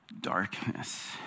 darkness